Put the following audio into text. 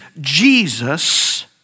Jesus